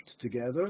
together